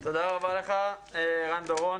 תודה רבה לך, ערן דורון.